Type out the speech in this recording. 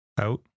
out